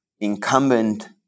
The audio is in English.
incumbent